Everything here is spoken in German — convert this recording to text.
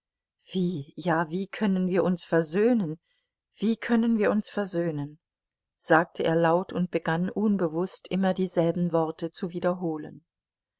wie ja wie können wir uns versöhnen wie können wir uns versöhnen sagte er laut und begann unbewußt immer dieselben worte zu wiederholen